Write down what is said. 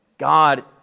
God